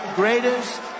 greatest